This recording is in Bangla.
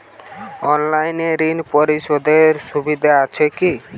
অনলাইনে ঋণ পরিশধের সুবিধা আছে কি?